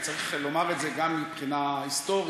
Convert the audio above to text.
וצריך לומר את זה גם מבחינה היסטורית,